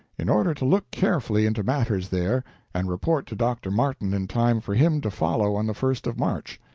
in order to look carefully into matters there and report to dr. martin in time for him to follow on the first of march.